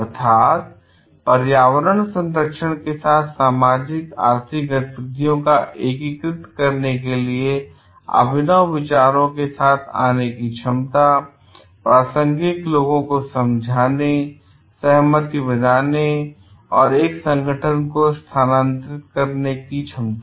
अर्थात पर्यावरण संरक्षण के साथ सामाजिक आर्थिक गतिविधियों को एकीकृत करने के लिए अभिनव विचारों के साथ आने की क्षमता प्रासंगिक लोगों को समझाने सहमति बनाने और एक संगठन को स्थानांतरित करने की क्षमता